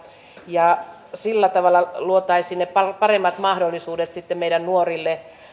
ja sillä tavalla luotaisiin ne paremmat mahdollisuudet sitten meidän nuorille